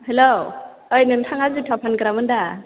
hello ओइ नोंथाङा जुता फानग्रामोन दा